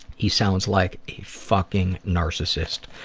he sounds like a fucking narcissist.